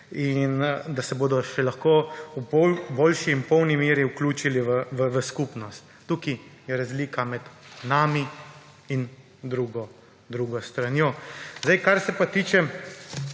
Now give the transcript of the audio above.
in da se bodo še lahko v boljši in polni meri vključili v skupnost. Tukaj je razlika med nami in drugo stranjo. Zdaj, kar se pa tiče,